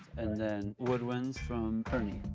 and then, woodwinds from kerrnie.